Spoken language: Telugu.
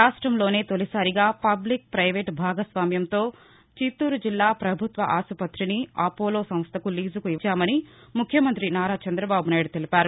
రాష్టంలోనే తొలిసారి పబ్లిక్ పైవేటు భాగస్వామ్య విధానంలో చిత్తూరు జిల్లా ప్రభుత్వ ఆసుపత్రిని అపోలో సంస్టకు లీజుకు ఇవ్వసున్నామని ముఖ్యమంత్రి నారా చంద్రబాబునాయుడు తెలిపారు